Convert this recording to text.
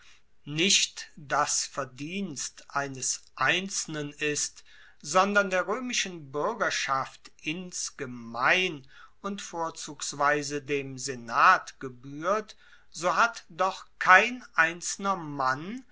nicht das verdienst eines einzelnen ist sondern der roemischen buergerschaft insgemein und vorzugsweise dem senat gebuehrt so hat doch kein einzelner mann